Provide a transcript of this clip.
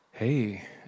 Hey